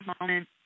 moment